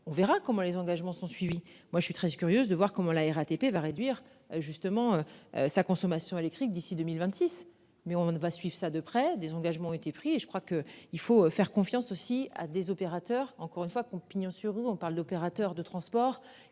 on verra comment les engagements sont suivis. Moi je suis très curieuse de voir comment la RATP va réduire justement sa consommation électrique d'ici 2026. Mais on ne va suivre ça de près. Des engagements ont été pris et je crois que il faut faire confiance aussi à des opérateurs, encore une fois qui ont pignon sur rue, on parle d'opérateurs de transport